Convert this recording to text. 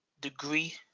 degree